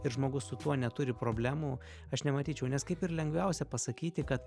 ir žmogus su tuo neturi problemų aš nematyčiau nes kaip ir lengviausia pasakyti kad